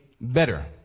better